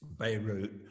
Beirut